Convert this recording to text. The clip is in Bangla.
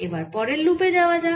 এবার পরের লুপে যাওয়া যাক